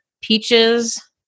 Peaches